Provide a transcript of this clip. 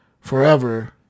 forever